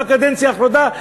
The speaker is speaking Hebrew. בקדנציה האחרונה,